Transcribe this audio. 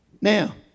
Now